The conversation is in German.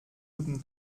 guten